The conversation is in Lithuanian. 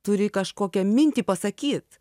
turi kažkokią mintį pasakyt